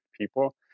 people